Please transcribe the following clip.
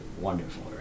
wonderful